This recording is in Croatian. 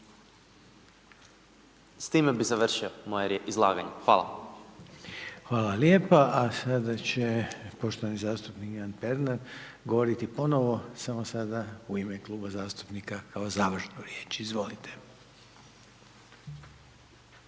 S time bi završio moje izlaganje. Hvala. **Reiner, Željko (HDZ)** Hvala lijepa, a sada će poštovani zastupnik Ivan Pernar govoriti ponovo, samo sada u ime kluba zastupnika kao završnu riječ, izvolite.